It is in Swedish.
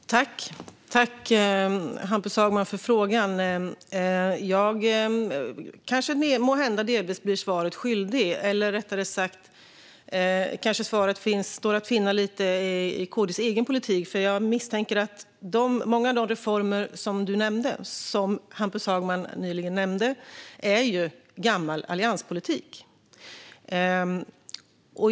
Herr talman! Tack, Hampus Hagman, för frågan! Jag blir måhända delvis svaret skyldig. Eller rättare sagt: Jag misstänker att svaret står att finna lite grann i KD:s egen politik, för många av de reformer som Hampus Hagman nyss nämnde är gammal allianspolitik.